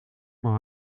maar